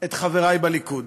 את חברי בליכוד: